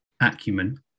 acumen